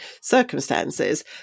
circumstances